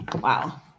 Wow